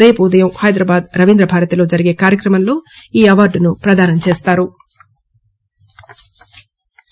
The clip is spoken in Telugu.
రేపు ఉదయం హైదరాబాద్ రవీంద్రభారతిలో జరిగే కార్యక్రమంలో ఈ అవార్డును ప్రదానం చేస్తారు